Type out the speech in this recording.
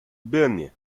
benny